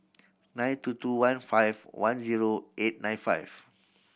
nine two two one five one zero eight nine five